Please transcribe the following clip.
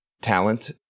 talent